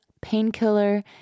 painkiller